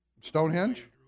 Stonehenge